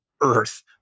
earth